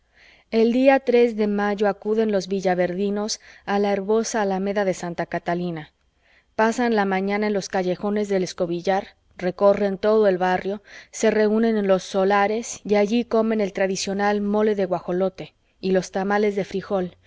el día tres de mayo acuden los villaverdinos a la herbosa alameda de santa catalina pasan la mañana en los callejones del escobillar recorren todo el barrio se reúnen en los solares y allí comen el tradicional mole de guajolote y los tamales de frijol